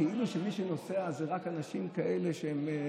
כאילו מי שנוסע זה רק אנשים כאלה שהם,